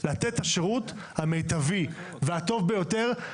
לתת את השירות המיטבי והטוב ביותר,